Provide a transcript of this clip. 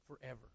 forever